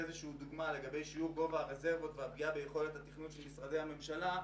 דוגמה לגבי גובה הרזרבות והפגיעה ביכולת התכנון של משרדי הממשלה.